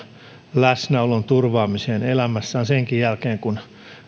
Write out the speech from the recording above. läsnäolon turvaamiseen elämässään senkin jälkeen kun